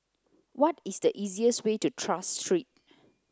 what is the easiest way to Tras Street